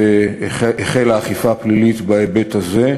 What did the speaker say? והחלה אכיפה פלילית בהיבט הזה.